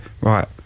right